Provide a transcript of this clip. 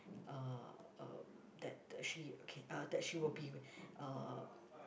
uh uh that the she okay that she will be uh